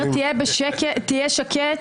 תהיה שקט,